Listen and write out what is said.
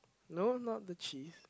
no not the cheese